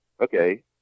okay